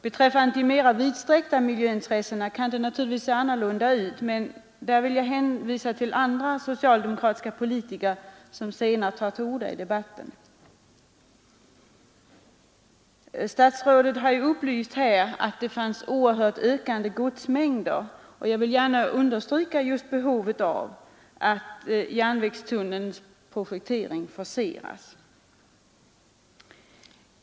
Beträffande de mera vidsträckta miljöintressena kan det naturligtvis se annorlunda ut, men där vill jag hänvisa till andra socialdemokratiska politiker som senare tar till orda i debatten. Statsrådet har upplyst om att godsmängderna ökar oerhört, och jag vill därför också understryka behovet av att järnvägstunnelns projektering forceras.